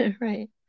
right